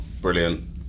brilliant